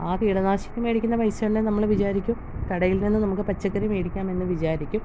ആ കീടനാശിനി മേടിക്കുന്ന പൈസ ഉണ്ടെങ്കിൽ നമ്മൾ വിചാരിക്കും കടയിൽ നിന്ന് നമുക്ക് പച്ചക്കറി മേടിക്കാമെന്ന് നമ്മൾ വിചാരിക്കും